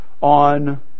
on